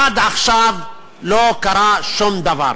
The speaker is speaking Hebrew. עד עכשיו לא קרה שום דבר.